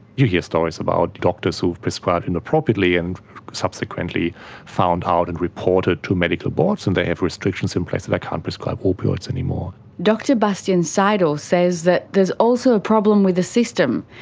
you hear stories about doctors who've prescribed inappropriately and subsequently found out and reported to medical boards, and they have restrictions in place that they can't prescribe opioids anymore. dr bastian seidel says that there's also a problem with the system.